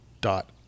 dot